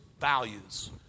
values